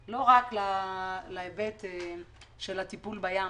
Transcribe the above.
לא רק מבחינה סביבתית,